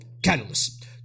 Catalyst